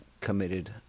committed